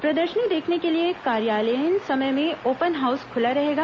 प्रदर्शनी देखने के लिए कार्यालयीन समय में ओपन हाउस खुला रहेगा